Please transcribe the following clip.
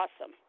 awesome